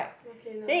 okay lah